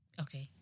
Okay